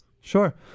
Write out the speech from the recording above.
Sure